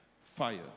fire